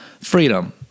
freedom